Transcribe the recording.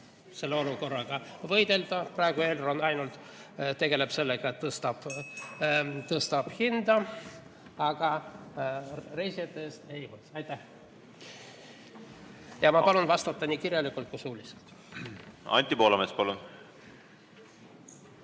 selle olukorraga võidelda. Praegu Elron tegeleb ainult sellega, et tõstab hinda, aga reisijate ees ei hoolitse. Aitäh! Ja ma palun vastata nii kirjalikult kui suuliselt. Anti Poolamets, palun!